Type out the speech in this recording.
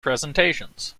presentations